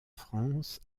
france